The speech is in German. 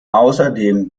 außerdem